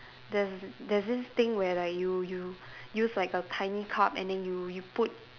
there's there's thing where like you you use like a tiny cup and then you you put